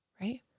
right